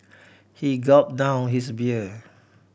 he gulp down his beer